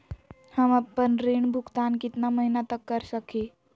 हम आपन ऋण भुगतान कितना महीना तक कर सक ही?